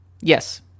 Yes